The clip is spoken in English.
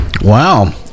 Wow